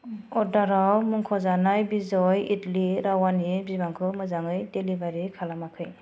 अर्डाराव मुंख'जानाय विजय इडली रावानि बिबांखौ मोजाङै डेलिबारि खालामाखै